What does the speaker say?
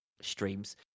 streams